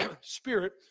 spirit